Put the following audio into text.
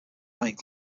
might